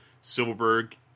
Silverberg